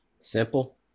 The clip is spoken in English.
simple